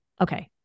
okay